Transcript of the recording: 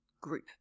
group